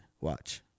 Watch